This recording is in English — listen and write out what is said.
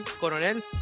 Coronel